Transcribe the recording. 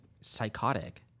psychotic